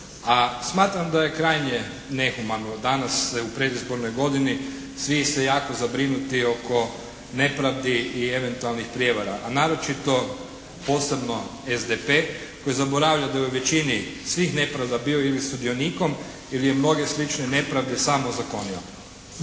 a smatram da krajnje nehumano danas se u predizbornoj godini svi ste jako zabrinuti oko nepravdi i eventualnih prijevara, a naročito posebno SDP koji zaboravlja da je u većini svih nepravda bio ili sudionikom ili je mnoge slične nepravde sam ozakonio.